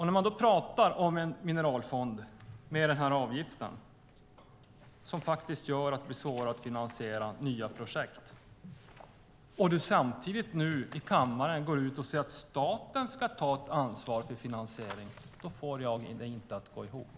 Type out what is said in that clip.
När han talar om en mineralfond med den avgiften, som faktiskt gör det svårare att finansiera nya projekt, och samtidigt i kammaren säger att staten ska ta ett ansvar för finansiering får jag det inte att gå ihop.